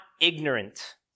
ignorant